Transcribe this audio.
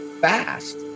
fast